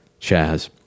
Chaz